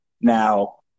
Now